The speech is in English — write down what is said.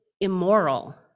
immoral